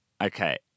Okay